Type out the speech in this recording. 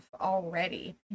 already